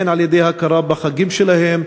הן על-ידי הכרה בחגים שלהם,